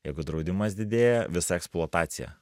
jeigu draudimas didėja visa eksploatacija